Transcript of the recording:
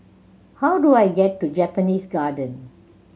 how do I get to Japanese Garden